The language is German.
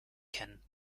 kennen